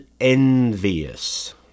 envious